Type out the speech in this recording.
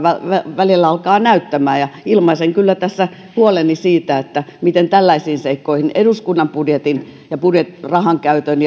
välillä alkaa näyttämään ilmaisen kyllä tässä huoleni siitä suhtaudutaanko tällaisiin seikkoihin suhteessa eduskunnan budjettiin ja rahankäyttöön